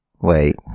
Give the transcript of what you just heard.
Wait